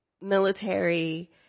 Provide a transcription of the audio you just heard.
military